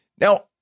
now